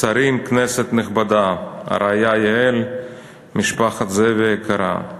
שרים, כנסת נכבדה, הרעיה יעל, משפחת זאבי היקרה,